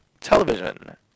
television